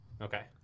okay